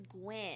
Gwen